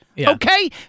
okay